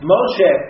Moshe